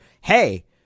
hey